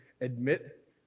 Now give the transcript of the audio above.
admit